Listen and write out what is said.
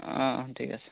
অঁ অঁ ঠিক আছে